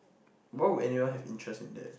why would anyone have interest in that